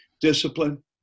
Discipline